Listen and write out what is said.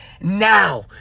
now